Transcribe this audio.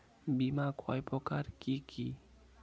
বীমা কয় প্রকার কি কি?